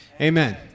Amen